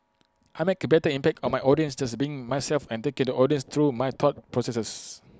I make A better impact on my audience just by being myself and taking the audience through my thought processes